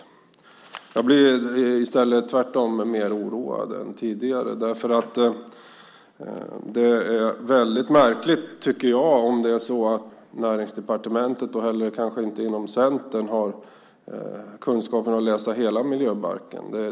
Tvärtom blir jag mer oroad än tidigare. Det är väldigt märkligt om man varken i Näringsdepartementet eller inom Centern har kunskapen att läsa hela miljöbalken.